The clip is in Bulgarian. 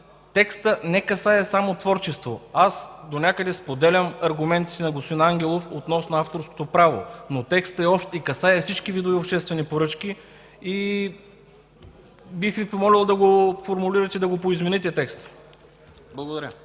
Текстът не касае само творчество. Донякъде споделям аргументите на господин Ангелов относно авторското право, но текстът е общ и касае всички видове обществени поръчки. Бих Ви помолил да го формулирате и да поизмените текста. Благодаря.